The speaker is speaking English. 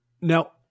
Now